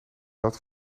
dat